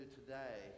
today